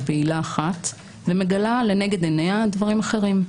בעילה אחת ומגלה לנגד עיניה דברים אחרים.